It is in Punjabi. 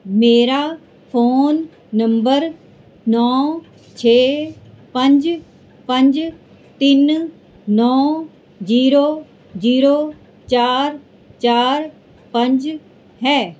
ਮੇਰਾ ਫ਼ੋਨ ਨੰਬਰ ਨੌ ਛੇ ਪੰਜ ਪੰਜ ਤਿੰਨ ਨੌ ਜੀਰੋ ਜੀਰੋ ਚਾਰ ਚਾਰ ਪੰਜ ਹੈ